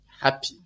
happy